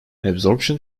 absorption